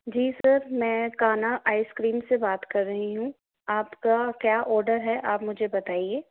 जी sir मैं Kanha ice cream से बात कर रही हूँ आपका क्या ऑर्डर है आप मुझे बताइए